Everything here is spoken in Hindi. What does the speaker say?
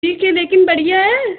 ठीक है लेकिन बढ़िया है